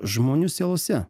žmonių sielose